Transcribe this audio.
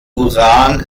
uran